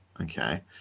Okay